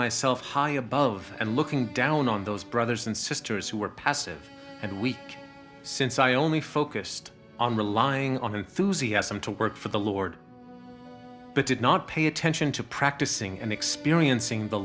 myself high above and looking down on those brothers and sisters who were passive and weak since i only focused on relying on enthusiasm to work for the lord but did not pay attention to practicing and experiencing the